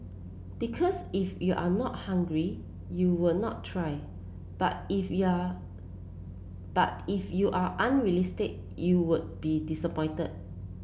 because if you are not hungry you would not try but if you are but if you are unrealistic you would be disappointed